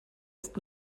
ist